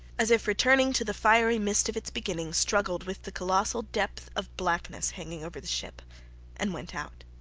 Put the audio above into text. as if returning to the fiery mist of its beginning, struggled with the colossal depth of blackness hanging over the ship and went out.